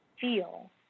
feel